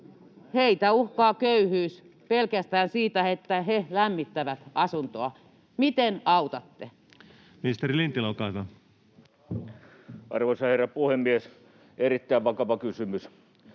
Heitä uhkaa köyhyys pelkästään siitä, että he lämmittävät asuntoa. Miten autatte? Ministeri Lintilä, olkaa hyvä. Arvoisa herra puhemies! Erittäin vakava kysymys.